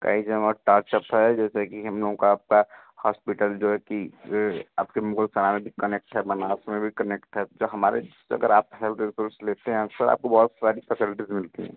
कहे कि हमारा टार्ट अप है जैसे कि हम लोगों का आपका हॉस्पिटल जो है कि ए आपके मुगलसराय में भी कनेक्शन बना है उसमें भी कनेक्ट है तो जो हमारे से अगर आप हेल्थ इंस्योरेंस लेते हैं सर आपको बहुत सारी फैसेलटीज़ मिलती हैं